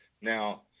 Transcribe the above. Now